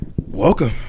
Welcome